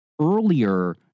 earlier